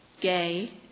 Gay